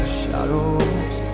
shadows